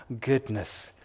goodness